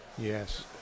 Yes